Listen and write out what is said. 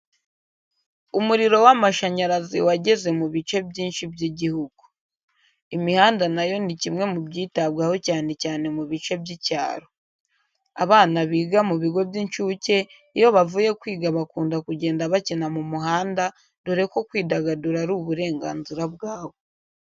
Umuriro w'amashanyarazi wageze mu bice byinshi by'igihugu. Imihanda na yo ni kimwe mu byitabwaho cyane cyane mu bice by'icyaro. Abana biga mu bigo by'incuke iyo bavuye kwiga bakunda kugenda bakina mu muhanda dore ko kwidagadura ari uburenganzira bwabo.